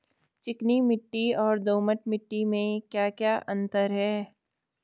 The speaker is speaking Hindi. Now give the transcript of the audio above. चिकनी मिट्टी और दोमट मिट्टी में क्या क्या अंतर है?